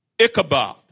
Ichabod